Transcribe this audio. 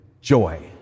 joy